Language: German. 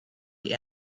die